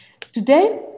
Today